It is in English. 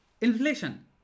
Inflation